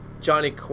Johnny